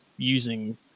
using